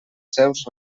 seus